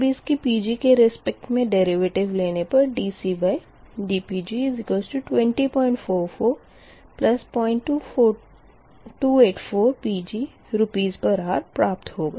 अब इसकी Pg के रेसपेक्ट मे डेरिवेटिव लेने पर dCdPg20440284 Pg Rshr प्राप्त होगा